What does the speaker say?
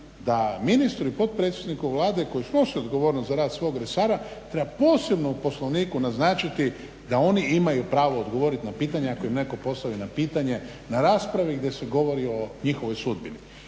da ministru i potpredsjedniku Vlade koji snose odgovornost za rad svog resora treba posebno u poslovniku naznačiti da oni imaju pravo odgovoriti na pitanje ako im netko postavi pitanje na raspravi gdje se govori o njihovoj sudbini.